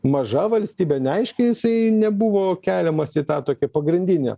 maža valstybė neaiški jisai nebuvo keliamas į tą tokią pagrindinią